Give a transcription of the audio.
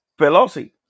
Pelosi